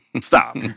stop